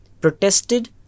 protested